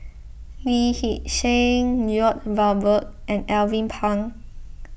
Lee Hee Seng Lloyd Valberg and Alvin Pang